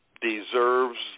deserves